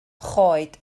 choed